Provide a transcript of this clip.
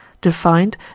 defined